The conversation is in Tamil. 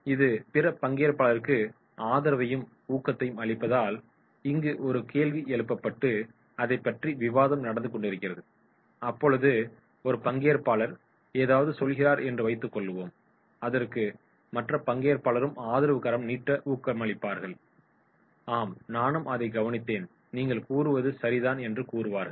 இது பிற பங்கேற்பாளர்களுக்கு ஆதரவையும் ஊக்கத்தையும் அளிப்பதால் இங்கு ஒரு கேள்வி எழுப்பப்பட்டு அதைப்பற்றி விவாதம் நடந்து கொண்டிருக்கிறது அப்பொழுது ஒரு பங்கேற்பாளர் ஏதாவது சொல்கிறார் என்று வைத்துக் கொள்ளுவோம் அதற்கு மற்ற பங்கேற்பாளரும் ஆதரவு கரம் நீட்டி ஊக்கமளிப்பார்கள் ஆம் நானும் அதை கவனித்தேன் நீங்கள் கூறுவது சரிதான் என்று கூறுவார்கள்